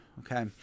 Okay